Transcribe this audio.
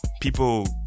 people